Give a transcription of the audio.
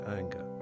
anger